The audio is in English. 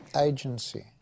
agency